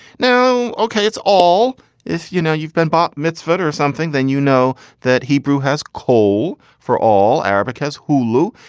no. okay. it's all if you know you've been bar mitzvahed or something, then you know that hebrew has coal for all. arabic has hulu.